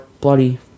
bloody